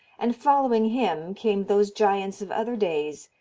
and following him came those giants of other days,